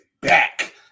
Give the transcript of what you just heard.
back